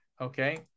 Okay